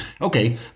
Okay